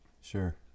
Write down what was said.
Sure